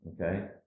okay